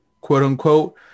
quote-unquote